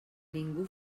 ningú